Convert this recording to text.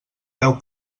deu